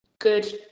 good